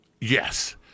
yes